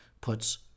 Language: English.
puts